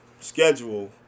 schedule